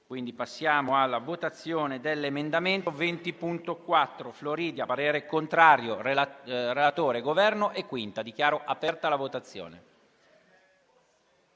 Passiamo alla votazione dell'emendamento